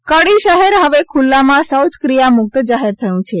F Kadi શહેર હવે ખલ્લામા શૌચક્રિયા મુક્ત જાહેર થયું છે